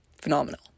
Phenomenal